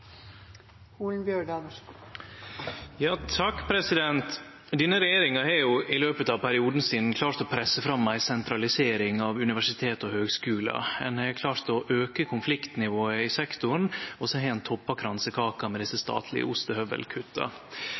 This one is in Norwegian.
Denne regjeringa har i løpet av perioden sin klart å presse fram ei sentralisering av universitetar og høgskular. Ein har klart å auke konfliktnivået i sektoren, og så har ein toppa kransekaka med desse statlege ostehøvelkutta.